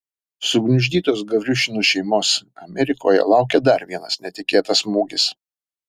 sugniuždytos gavriušinų šeimos amerikoje laukė dar vienas netikėtas smūgis